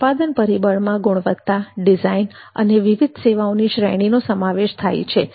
ઉત્પાદન પરીબળમાં ગુણવત્તા ડિઝાઇન અને વિવિધ સેવાઓની શ્રેણીનો સમાવેશ થાય છે